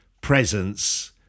presence